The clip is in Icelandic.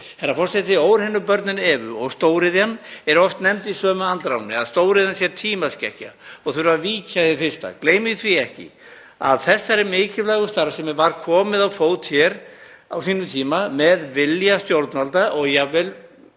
Herra forseti. Óhreinu börnin hennar Evu og stóriðjan eru oft nefnd í sömu andránni, að stóriðjan sé tímaskekkja og þurfi að víkja hið fyrsta. Gleymum því ekki að þessari mikilvægu starfsemi var komið á fót hér á sínum tíma með vilja stjórnvalda og jafnvel